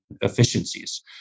efficiencies